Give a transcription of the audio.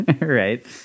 right